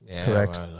Correct